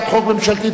המדיניות,